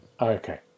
Okay